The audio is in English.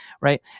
right